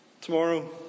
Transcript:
Tomorrow